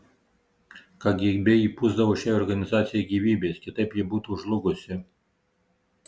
kgb įpūsdavo šiai organizacijai gyvybės kitaip ji būtų žlugusi